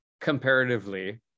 comparatively